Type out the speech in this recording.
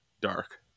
dark